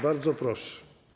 Bardzo proszę.